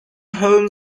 home